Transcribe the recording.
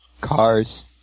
Cars